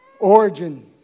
Origin